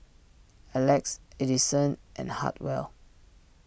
Alex Adison and Hartwell